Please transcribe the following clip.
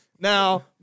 Now